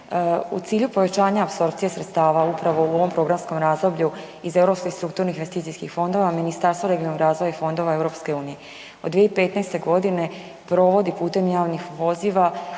U cilju povećanja apsorpcije sredstava upravo u ovom programskom razdoblju iz europskih strukturnih investicijskih fondova, Ministarstvo regionalnog razvoja i fondova EU od 2015. godine. provodi putem javnih poziva